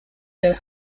der